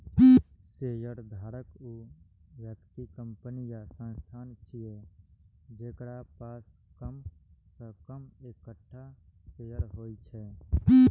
शेयरधारक ऊ व्यक्ति, कंपनी या संस्थान छियै, जेकरा पास कम सं कम एकटा शेयर होइ छै